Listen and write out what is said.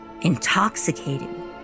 intoxicating